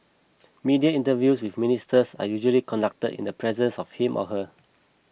media interviews with Ministers are usually conducted in the presence of him or her